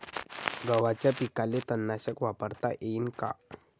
गव्हाच्या पिकाले तननाशक वापरता येईन का?